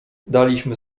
daliśmy